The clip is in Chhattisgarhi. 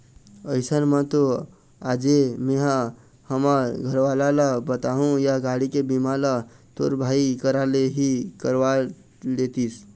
अइसन म तो आजे मेंहा हमर घरवाला ल बताहूँ या गाड़ी के बीमा ल तोर भाई करा ले ही करवा लेतिस